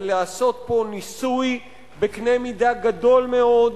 לעשות פה ניסוי בקנה מידה גדול מאוד,